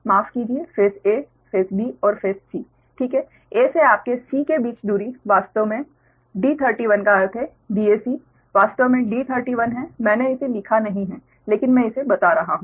माफ कीजिये face a face b और फेस C ठीक है a से आपके c के बीच दूरी वास्तव में D31 का अर्थ है Dac वास्तव में D31 है मेंने इसे लिखा नहीं है लेकिन मैं इसे बता रहा हूं